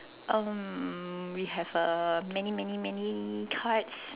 um we have uh many many many cards